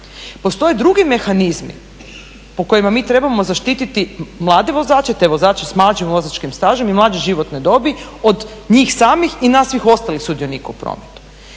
Postoje drugi mehanizmi po kojima mi trebamo zaštiti mlade vozače te vozače s mlađim vozačkim stažem i mlađe životne dobi od njih samih i nas svih ostalih sudionika u prometu,